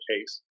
case